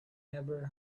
never